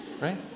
right